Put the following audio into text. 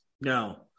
No